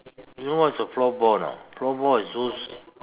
you know what's a floorball or not floorball is those